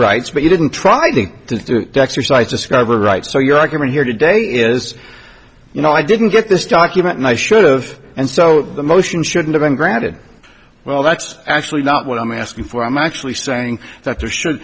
rights but you didn't try i think to exercise discovery rights so your argument here today is you know i didn't get this document and i should've and so the motion should have been granted well that's actually not what i'm asking for i'm actually saying that there should